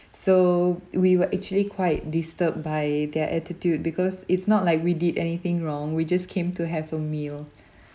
so we were actually quite disturbed by their attitude because it's not like we did anything wrong we just came to have a meal